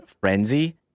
Frenzy